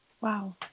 Wow